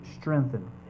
strengthen